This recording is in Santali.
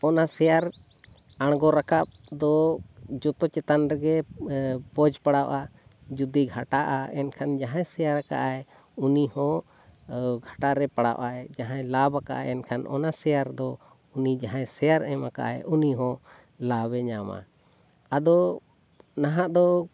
ᱚᱱᱟ ᱥᱮᱭᱟᱨ ᱟᱬᱜᱚ ᱨᱟᱠᱟᱵᱫᱚ ᱡᱚᱛᱚ ᱪᱮᱛᱟᱱᱨᱮᱜᱮ ᱯᱚᱡᱽ ᱯᱟᱲᱟᱜᱼᱟ ᱡᱩᱫᱤ ᱜᱷᱟᱴᱟᱜᱼᱟ ᱮᱱᱠᱷᱟᱱ ᱡᱟᱦᱟᱸᱭ ᱥᱮᱭᱟᱨ ᱟᱠᱟᱫᱟᱭ ᱩᱱᱤᱦᱚᱸ ᱜᱷᱟᱴᱟᱨᱮ ᱯᱟᱲᱟᱜᱼᱟᱭ ᱡᱟᱦᱟᱸᱭ ᱞᱟᱵᱷ ᱟᱠᱟᱫᱟᱭ ᱮᱱᱠᱷᱟᱱ ᱚᱱᱟ ᱥᱮᱭᱟᱨᱫᱚ ᱩᱱᱤ ᱡᱟᱦᱟᱸᱭ ᱥᱮᱭᱟᱨ ᱮᱢ ᱟᱠᱟᱫᱟᱭ ᱩᱱᱤᱦᱚᱸ ᱞᱟᱵᱷᱮ ᱧᱟᱢᱟ ᱟᱫᱚ ᱱᱟᱦᱟᱜ ᱫᱚ